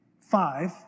five